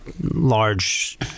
large